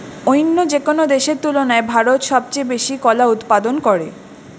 অইন্য যেকোনো দেশের তুলনায় ভারত সবচেয়ে বেশি কলা উৎপাদন করে